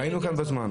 אנחנו היינו כאן בזמן.